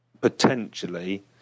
potentially